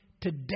today